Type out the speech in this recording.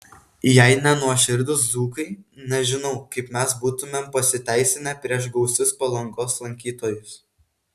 jei ne nuoširdūs dzūkai nežinau kaip mes būtumėm pasiteisinę prieš gausius palangos lankytojus